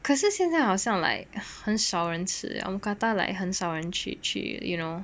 可是现在好像 like 很少人吃 mookata like 很少人去去 you know